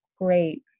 great